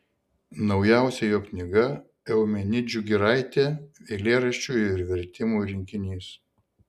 naujausia jo knyga eumenidžių giraitė eilėraščių ir vertimų rinkinys